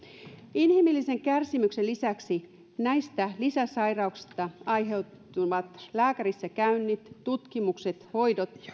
inhimillisen kärsimyksen lisäksi näistä lisäsairauksista aiheutuvat lääkärissä käynnit tutkimukset hoidot